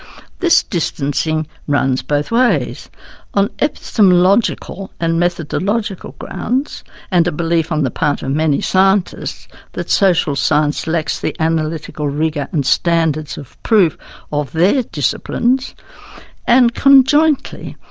this distancing runs both ways on epistemological and methodological grounds and a belief on the part of many scientists that social science lacks the analytical rigour and standards of proof of their disciplines and conjointly,